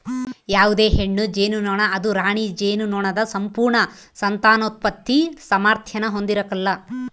ಯಾವುದೇ ಹೆಣ್ಣು ಜೇನುನೊಣ ಅದು ರಾಣಿ ಜೇನುನೊಣದ ಸಂಪೂರ್ಣ ಸಂತಾನೋತ್ಪತ್ತಿ ಸಾಮಾರ್ಥ್ಯಾನ ಹೊಂದಿರಕಲ್ಲ